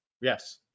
Yes